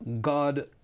God